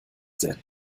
denn